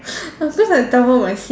uh cause I tell her my seat